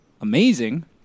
amazing